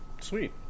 Sweet